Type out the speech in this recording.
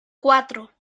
cuatro